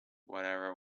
whatever